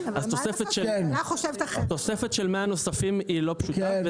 אז תוספת של 100 נוספים היא לא פשוטה.